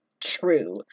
true